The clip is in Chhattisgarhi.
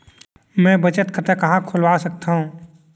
मै बचत खाता कहाँ खोलवा सकत हव?